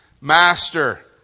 Master